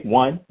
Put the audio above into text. one